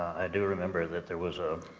i do remember that there was a